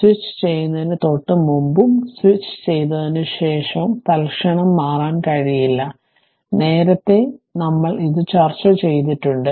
സ്വിച്ചുചെയ്യുന്നതിന് തൊട്ടുമുമ്പും സ്വിച്ച് ചെയ്തതിനുശേഷം തൽക്ഷണം മാറാൻ കഴിയില്ല നേരത്തെ നമ്മൾ ഇത് ചർച്ച ചെയ്തിട്ടുണ്ട്